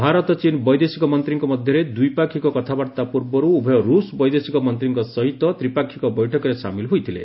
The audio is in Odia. ଭାରତ ଚୀନ୍ ବୈଦେଶିକ ମନ୍ତ୍ରୀଙ୍କ ମଧ୍ୟରେ ଦ୍ୱିପାକ୍ଷିକ କଥାବାର୍ତ୍ତା ପୂର୍ବରୁ ଉଭୟ ରୁଷ୍ ବୈଦେଶିକ ମନ୍ତ୍ରୀଙ୍କ ସହିତ ତ୍ରିପାକ୍ଷିକ ବୈଠକରେ ସାମିଲ ହୋଇଥିଲେ